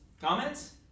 comments